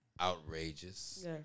outrageous